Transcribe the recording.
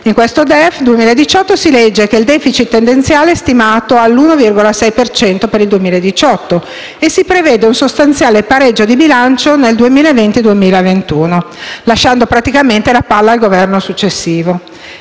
In questo DEF 2018 si legge che il *deficit* tendenziale è stimato all'1,6 per cento per il 2018 e si prevede un sostanziale pareggio di bilancio nel 2020-2021, lasciando praticamente la palla al Governo successivo.